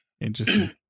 Interesting